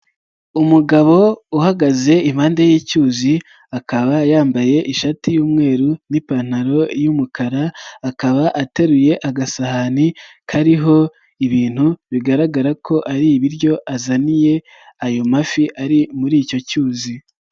Umugabo uhagaze impande y'icyuzi, akaba yambaye ishati y'umweru n'ipantaro y'umukara, akaba ateruye agasahani kariho ibintu bigaragara ko ari ibiryo azaniye ayo mafi ari muri icyo cyuzi.